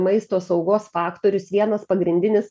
maisto saugos faktorius vienas pagrindinis